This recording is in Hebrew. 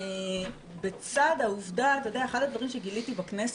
אחד הדברים שגיליתי בכנסת,